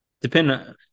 Depend